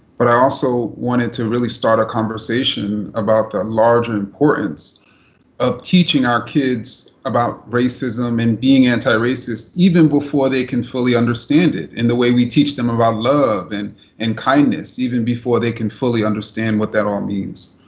but i also wanted to really start a conversation about the larger importance of teaching our kids about racism and being antiracist, even before they can fully understand it. and the way we teach them about love and and kindness, even before they can fully understand what that all means.